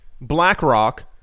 BlackRock